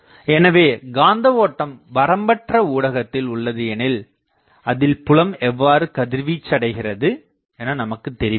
எனவே காந்த ஓட்டம் வரம்பற்ற ஊடகத்தில் உள்ளது எனில் அதில் புலம் எவ்வாறு கதிர்வீசையடைகிறது என நமக்குத் தெரிவதில்லை